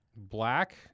Black